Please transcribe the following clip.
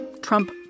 Trump